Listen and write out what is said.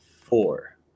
Four